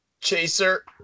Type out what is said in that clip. Chaser